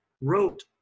wrote